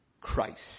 Christ